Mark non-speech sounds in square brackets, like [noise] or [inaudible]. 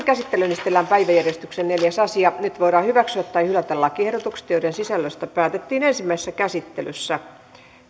[unintelligible] käsittelyyn esitellään päiväjärjestyksen neljäs asia nyt voidaan hyväksyä tai hylätä lakiehdotukset joiden sisällöstä päätettiin ensimmäisessä käsittelyssä